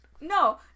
no